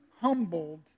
humbled